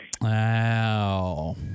Wow